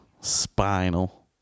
Spinal